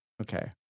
Okay